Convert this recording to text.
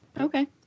Okay